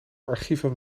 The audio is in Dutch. archieven